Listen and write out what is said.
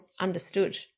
understood